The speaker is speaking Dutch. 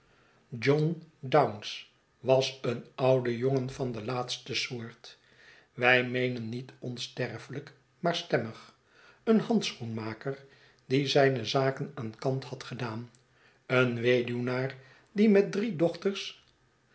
john dounce was een oude jongen van de laatste soort wij meenen niet onsterfelijk maar stemmig een handschoenmaker die zijne zaken aan kant had gedaan een weduwnaar die met drie dochters